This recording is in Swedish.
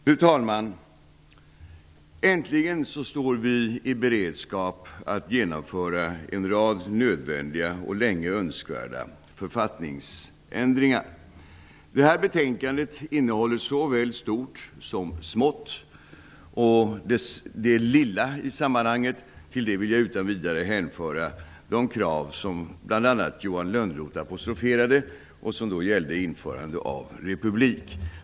Fru talman! Äntligen står vi i beredskap att genomföra en rad nödvändiga och länge önskvärda författningsändringar. Betänkandet innehåller såväl stort som smått. Till det lilla i sammanhanget vill jag utan vidare hänvisa till de krav som bl.a. Johan Lönnroth apostroferade och som gällde införandet av republik.